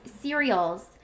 cereals